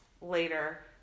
later